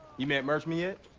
you met merchman yet.